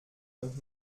und